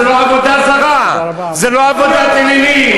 זה לא עבודה זרה, זה לא עבודת אלילים.